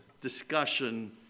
discussion